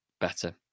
better